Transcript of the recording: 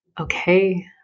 Okay